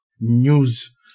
news